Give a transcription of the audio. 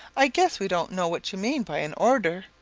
i guess we don't know what you mean by an order.